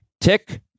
Tick